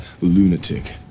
lunatic